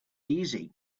easy